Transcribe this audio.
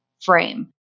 frame